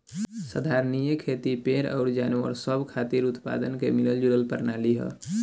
संधारनीय खेती पेड़ अउर जानवर सब खातिर उत्पादन के मिलल जुलल प्रणाली ह